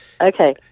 okay